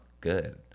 good